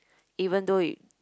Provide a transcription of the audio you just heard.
even though it